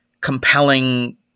compelling